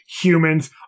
Humans